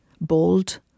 bold